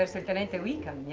um so lieutenant wickham? yeah